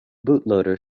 bootloader